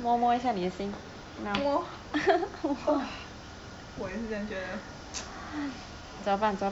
莫 我也是这样觉得